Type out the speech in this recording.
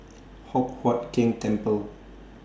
Hock Huat Keng Temple